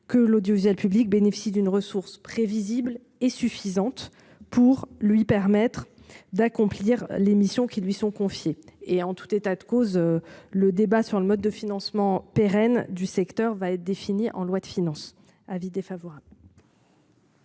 que l'audiovisuel public bénéficie d'une ressource prévisible et suffisante pour lui permettre d'accomplir les missions qui lui sont confiés et en tout état de cause, le débat sur le mode de financement pérenne du secteur va être défini en loi de finances, avis défavorable.